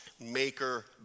maker